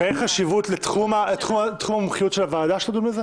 ואין חשיבות לתחום המומחיות של הוועדה שתדון בזה?